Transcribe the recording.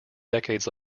decades